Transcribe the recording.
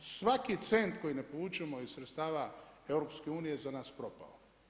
Svaki cent koji ne povučemo iz sredstava EU, za nas je propao.